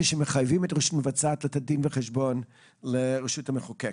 שמחייבים את הרשות המבצעת לתת דין וחשבון לרשות המחוקקת.